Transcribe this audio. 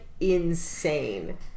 insane